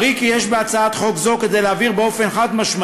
ברי כי יש בהצעת חוק זו כדי להבהיר באופן חד-משמעי